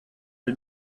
per